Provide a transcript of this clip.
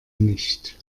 nicht